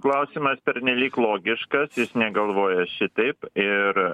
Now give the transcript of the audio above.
klausimas pernelyg logiškas jis negalvoja šitaip ir